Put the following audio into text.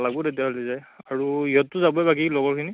লাগিব তেতিয়াহ'লে যায় আৰু ইহঁততো যাবই বাকী লগৰখিনি